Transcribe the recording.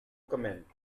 comment